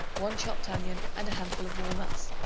one chopped onion and a handful of walnuts.